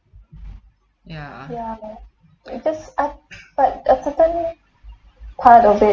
ya